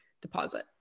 deposit